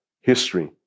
history